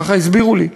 ככה הסבירו לי.